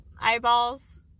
eyeballs